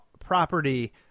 property